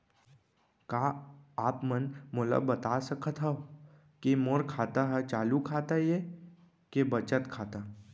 का आप मन मोला बता सकथव के मोर खाता ह चालू खाता ये के बचत खाता?